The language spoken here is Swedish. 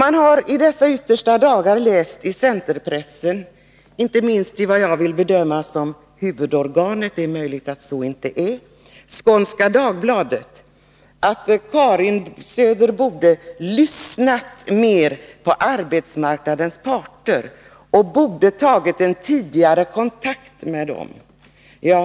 Man har i dessa yttersta dagar läst i centerpressen, inte minst i Skånska Dagbladet, som jag vill beteckna som huvudorganet — det är möjligt att så inte är fallet — att Karin Söder borde ha lyssnat mer på arbetsmarknadens parter och tagit kontakt med dem tidigare.